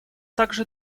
также